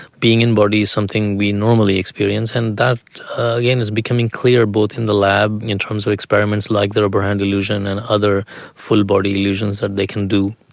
being in body is something we normally experience, and that, again, is becoming clear both in the lab in terms of experiments like the rubber hand illusion and other full body illusions that they can do,